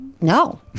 No